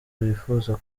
bifuza